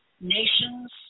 nations